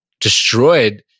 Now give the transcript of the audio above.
destroyed